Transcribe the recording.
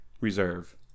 Reserve